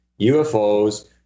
UFOs